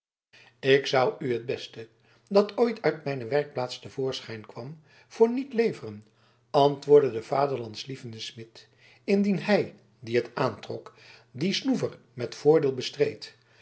ik zou u het beste dat ooit uit mijne werkplaats te voorschijn kwam voor niet leveren antwoordde de vaderlandlievende smid indien hij die het aantrok dien snoever met voordeel bestreed